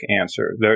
answer